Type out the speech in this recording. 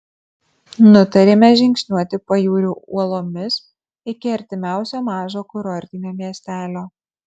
nutarėme žingsniuoti pajūriu uolomis iki artimiausio mažo kurortinio miestelio